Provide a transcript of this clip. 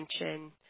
attention